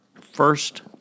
first